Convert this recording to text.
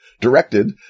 directed